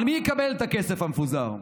אבל מי יקבל את הכסף המפוזר?